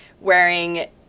wearing